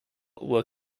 were